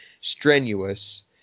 strenuous